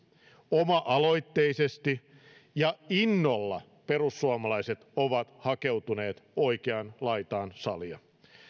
oma aloitteisesti ja innolla perussuomalaiset ovat hakeutuneet oikeaan laitaan salia